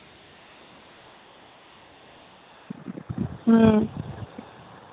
হুম